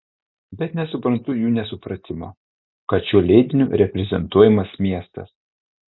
bet nesuprantu jų nesupratimo kad šiuo leidiniu reprezentuojamas miestas